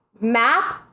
map